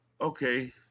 Okay